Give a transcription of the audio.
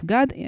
God